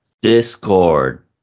Discord